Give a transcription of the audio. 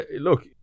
look